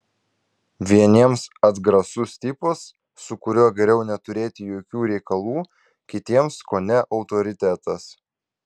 vieniems atgrasus tipas su kuriuo geriau neturėti jokių reikalų kitiems kone autoritetas